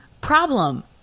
problem